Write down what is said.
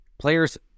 Players